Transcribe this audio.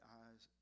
eyes